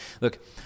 look